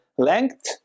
length